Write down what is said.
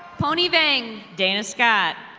pony vang. dan scott.